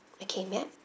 okay may I